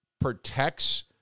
protects